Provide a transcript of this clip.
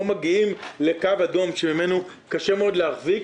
פה מגיעים לקו אדום שממנו קשה מאוד להחזיק.